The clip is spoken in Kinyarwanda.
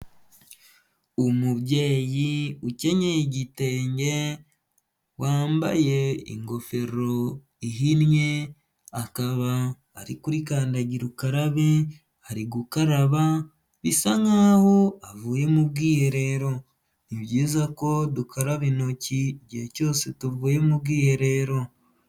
Umubyeyi ukennye igitenge wambaye ingofero ihinnye, akaba ari kuri kandagira ukarabe ari gukaraba bisa nkaho avuye mu bwiherero. Ni byiza ko dukaraba intoki igihe cyose tuvuye mu bwiherero.